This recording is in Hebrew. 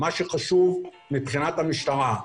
מה שחשוב מבחינת המשטרה.